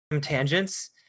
tangents